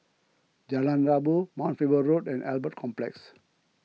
Jalan Rabu Mount Faber Road and Albert Complex